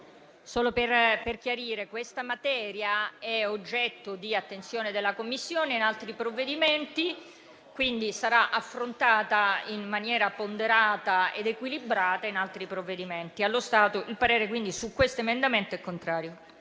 Solo per chiarire che questa materia è oggetto di attenzione da parte della Commissione in altri provvedimenti; quindi sarà affrontata in maniera ponderata ed equilibrata, pertanto, allo stato, il parere su questo emendamento è contrario.